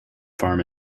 farm